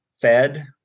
fed